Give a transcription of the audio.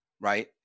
right